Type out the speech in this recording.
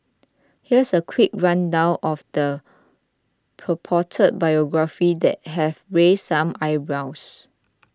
here's a quick rundown of the purported biography that have raised some eyebrows